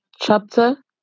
Chapter